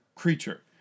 creature